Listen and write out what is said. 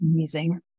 amazing